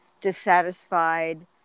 dissatisfied